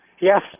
Yes